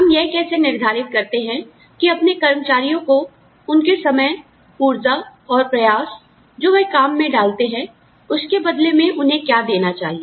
हम यह कैसे निर्धारित करते हैं कि अपने कर्मचारियों को उनके समय ऊर्जा और प्रयास जो वह काम में डालते हैं उसके बदले में उन्हें क्या देना चाहिए